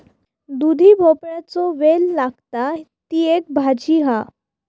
दुधी भोपळ्याचो वेल लागता, ती एक भाजी हा